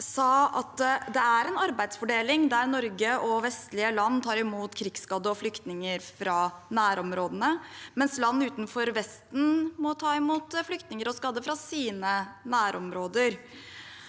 sa at det er en arbeidsfordeling der Norge og vestlige land tar imot krigsskadde og flyktninger fra nærområdene, mens land utenfor Vesten må ta imot flyktninger og skadde fra sine nærområder.